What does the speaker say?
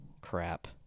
crap